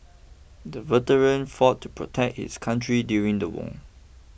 the veteran fought to protect his country during the war